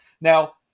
Now